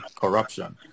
corruption